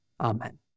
Amen